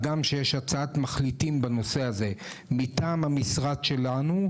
הגם שיש הצעת מחליטים בנושא הזה מטעם המשרד שלנו,